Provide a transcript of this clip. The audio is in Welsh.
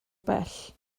bell